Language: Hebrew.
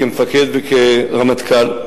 כמפקד וכרמטכ"ל,